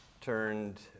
turned